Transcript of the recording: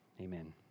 Amen